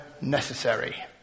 necessary